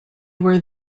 were